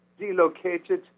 delocated